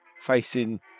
facing